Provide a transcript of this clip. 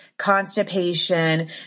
constipation